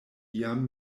iam